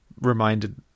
reminded